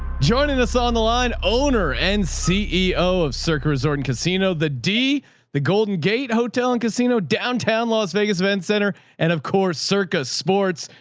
joining us on the line owner and ceo of circa resort and casino, the d the golden gate hotel and casino, downtown las vegas event center. and of course, circus sports,